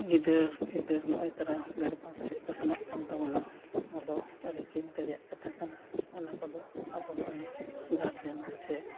ᱜᱤᱫᱽᱨᱟᱹ ᱯᱤᱫᱽᱨᱟᱹ ᱱᱚᱜᱼᱚᱸᱭ ᱛᱚᱨᱟ ᱵᱮᱨᱵᱟᱫ ᱥᱮᱫ ᱠᱚ ᱥᱮᱱᱚᱜ ᱠᱟᱱ ᱛᱟᱵᱚᱱᱟ ᱟᱫᱚ ᱟᱹᱰᱤ ᱪᱤᱱᱛᱟᱹ ᱨᱮᱭᱟᱜ ᱠᱟᱛᱷᱟ ᱠᱟᱱᱟ ᱚᱱᱟ ᱠᱚᱫᱚ ᱟᱵᱚ ᱱᱚᱜᱼᱚᱸᱭ ᱜᱟᱨᱡᱮᱱ ᱠᱚ ᱪᱮ